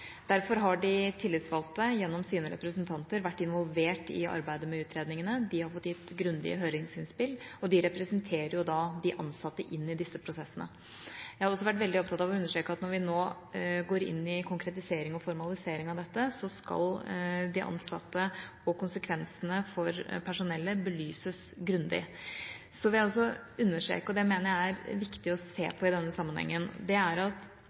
Derfor har de tillitsvalgte gjennom sine representanter vært involvert i arbeidet med utredningene, de har fått gitt grundige høringsinnspill, og de representerer de ansatte i disse prosessene. Jeg har også vært veldig opptatt av å understreke at når vi nå går inn i konkretisering og formalisering av dette, skal konsekvensene for personellet belyses grundig. Så vil jeg understreke – og det mener jeg er viktig å se på i denne sammenhengen – at